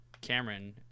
cameron